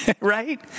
Right